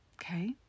Okay